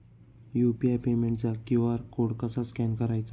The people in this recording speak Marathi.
यु.पी.आय पेमेंटचा क्यू.आर कोड कसा स्कॅन करायचा?